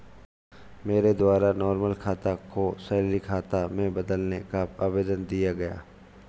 मेरे द्वारा नॉर्मल खाता को सैलरी खाता में बदलने का आवेदन दिया गया